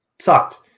Sucked